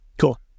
Cool